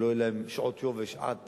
שלא יהיו להם שעות יובש עד